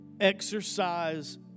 Exercise